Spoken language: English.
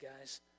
guys